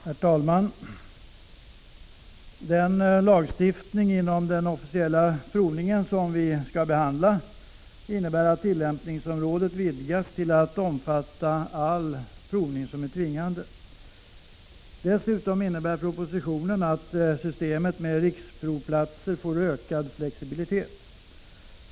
Herr talman! Den lagstiftning inom den officiella provningen som vi nu behandlar innebär att tillämpningsområdet vidgas till att omfatta all provning som är tvingande. Dessutom innebär propositionen att systemet med riksprovplatser får ökad flexibilitet.